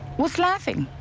was laughing.